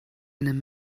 einen